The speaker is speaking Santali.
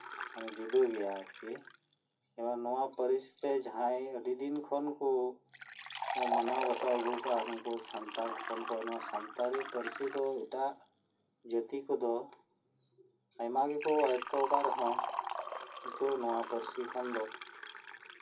ᱡᱩᱫᱟᱹᱜᱮᱭᱟ ᱟᱨᱠᱤ ᱱᱚᱣᱟ ᱯᱟᱹᱨᱤᱥ ᱠᱷᱚᱱ ᱡᱟᱦᱟᱸᱭ ᱟᱹᱰᱤ ᱫᱤᱱ ᱠᱷᱚᱱ ᱠᱚ ᱢᱟᱱᱟᱣᱼᱵᱟᱛᱟᱣ ᱜᱩᱣᱟᱠᱟᱜᱼᱟ ᱟᱨ ᱱᱤᱛᱮᱜ ᱥᱟᱱᱛᱟᱲᱤ ᱯᱟᱹᱨᱥᱤ ᱫᱚ ᱮᱴᱟᱜ ᱡᱟᱹᱛᱤ ᱠᱚᱫᱚ ᱟᱭᱢᱟ ᱜᱮᱠᱚ ᱟᱭᱚᱛᱛᱚᱣᱟᱠᱟᱫ ᱨᱮᱦᱚᱸ ᱠᱤᱱᱛᱩ ᱱᱚᱣᱟ ᱯᱟᱹᱨᱥᱤ ᱠᱷᱚᱱ ᱫᱚ